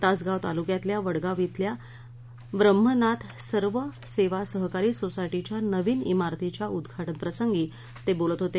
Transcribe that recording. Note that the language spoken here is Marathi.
तासगाव तालुक्यातल्या वडगाव शिल्या ब्रम्हनाथ सर्व सेवा सहकारी सोसायटीच्या नवीन शिरतीच्या उद्वाटन प्रसंगी ते बोलत होते